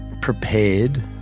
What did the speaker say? prepared